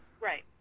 Right